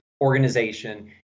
organization